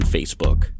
Facebook